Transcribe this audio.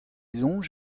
soñj